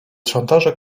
szantaże